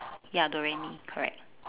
ya do re mi correct